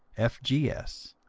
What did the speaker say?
f g s,